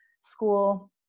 school